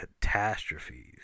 catastrophes